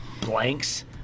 blanks